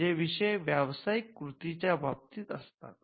ते विषय व्यावसायिक कृतीच्या बाबतीत असतात